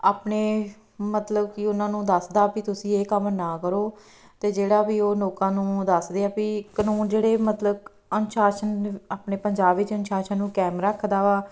ਆਪਣੇ ਮਤਲਬ ਕਿ ਉਹਨਾਂ ਨੂੰ ਦੱਸਦਾ ਵੀ ਤੁਸੀਂ ਇਹ ਕੰਮ ਨਾ ਕਰੋ ਅਤੇ ਜਿਹੜਾ ਵੀ ਉਹ ਲੋਕਾਂ ਨੂੰ ਦੱਸਦੇ ਹੈ ਵੀ ਕਾਨੂੰਨ ਜਿਹੜੇ ਮਤਲਬ ਅਨੁਸ਼ਾਸ਼ਨ ਆਪਣੇ ਪੰਜਾਬ ਵਿੱਚ ਅਨੁਸ਼ਾਸ਼ਨ ਨੂੰ ਕਾਇਮ ਰੱਖਦਾ ਵਾ